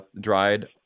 dried